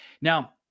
Now